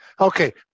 Okay